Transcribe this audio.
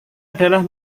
adalah